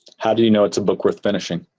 how do you know it's a book worth finishing?